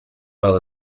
well